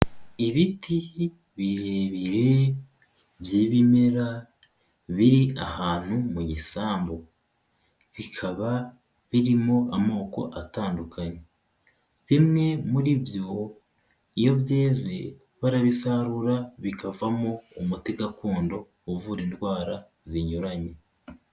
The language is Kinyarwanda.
Ibiti birebire by'ibimera biri ahantu mu gisambu. Bikaba birimo amoko atandukanye. Bimwe muri byo, iyo byeze, barabisarura, bikavamo umuti gakondo uvura indwara zinyuranye.